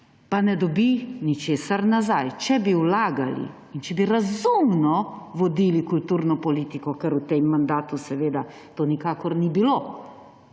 pa ne dobi ničesar nazaj. Če bi vlagali in če bi razumno vodili kulturno politiko, česar v tem mandatu seveda nikakor ni bilo,